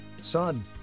Son